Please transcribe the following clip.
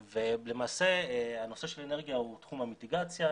למעשה הנושא של אנרגיה הוא תחום המיטיגציה.